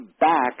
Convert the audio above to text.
back